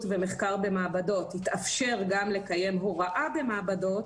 ומחקר במעבדות תתאפשר גם לקיים הוראה במעבדות,